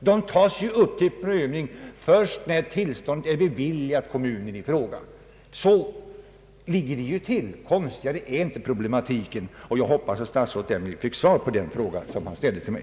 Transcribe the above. Dessa aspekter tas upp till prövning först när tillståndet är beviljat för kommunen i fråga. Så ligger det till. Konstigare är inte problematiken. Jag hoppas att statsrådet med det anförda fått svar på den fråga som han ställde till mig.